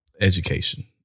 education